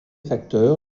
facteurs